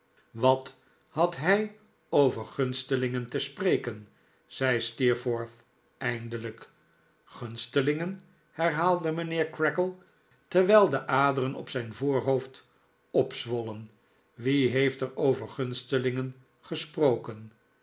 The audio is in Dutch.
wat had hij over gunstelingen te spreken zei steerforth eindelijk gunstelingen herhaalde mijnheer creakle terwijl de aderen op zijn voorhoofd opzwollen wie heeft er over gunstelingen gesproken